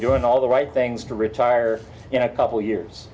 doing all the right things to retire in a couple years